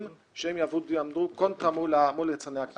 שהם יבואו ויעמדו מול יצרני הפיגומים.